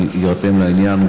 הוא יירתם לעניין,